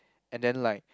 and then like